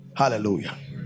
hallelujah